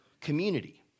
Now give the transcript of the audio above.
community